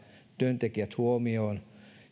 työntekijät huomioon